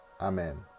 Amen